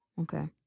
Okay